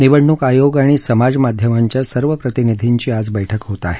निवडणूक आयोग आणि समाज माध्यमांच्या सर्व प्रतिनिधीची आज बैठक होत आहे